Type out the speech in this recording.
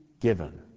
given